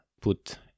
put